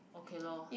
okay lor